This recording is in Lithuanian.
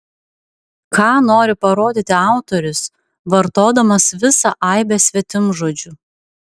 ką nori parodyti autorius vartodamas visą aibę svetimžodžių